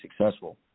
successful